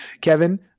Kevin